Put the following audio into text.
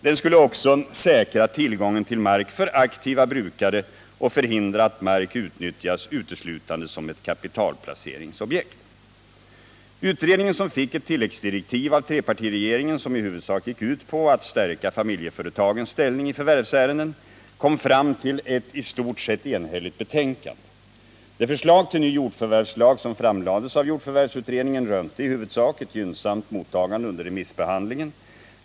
Den skulle också säkra tillgången till mark för aktiva brukare och förhindra att mark utnyttjades uteslutande som ett kapitalplaceringsobjekt. Utredningen, som fick ett tilläggsdirektiv av trepartiregeringen som i huvudsak gick ut på att stärka familjeföretagens ställning i förvärvsärenden, kom fram till ett i stort sett enhälligt betänkande. Det förslag till ny jordförvärvslag som framlades av jordförvärvsutredningen rönte i huvudsak ett positivt mottagande under remissbehandlingen.